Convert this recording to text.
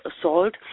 assault